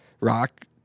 rock